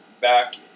back